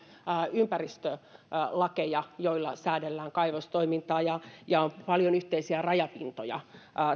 ympäristölakeja joilla säädellään kaivostoimintaa ja sillä on paljon yhteisiä rajapintoja